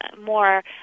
more